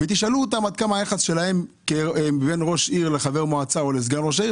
ותשאלו אותם מה היחס בין ראש העיר לחבר מועצה או לסגן ראש העיר,